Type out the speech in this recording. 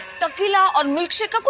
tequila and milkshake